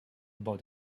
about